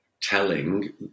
telling